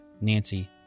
Nancy